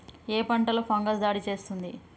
ఏ పంటలో ఫంగస్ దాడి చేస్తుంది?